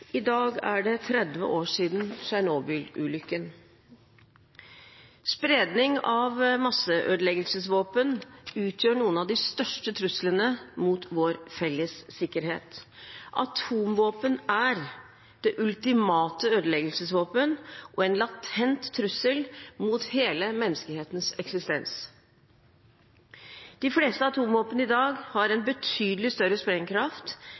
I dag er det 30 år siden Tsjernobyl-ulykken. Spredning av masseødeleggelsesvåpen utgjør noen av de største truslene mot vår felles sikkerhet. Atomvåpen er det ultimate ødeleggelsesvåpenet og en latent trussel mot hele menneskehetens eksistens. De fleste atomvåpen i dag har en betydelig større sprengkraft